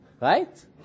Right